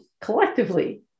collectively